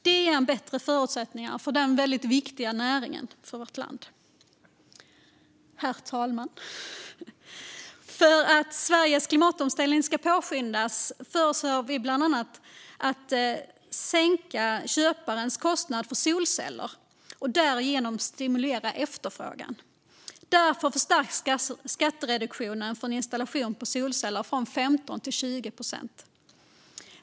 Det ger bättre förutsättningar för denna för vårt land väldigt viktiga näring. Herr talman! För att Sveriges klimatomställning ska påskyndas föreslår vi bland annat en sänkning av köparens kostnad för solceller, vilket skulle stimulera efterfrågan. Därför förstärks skattereduktionen för en installation av solceller från 15 till 20 procent.